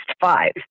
five